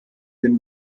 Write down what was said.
dem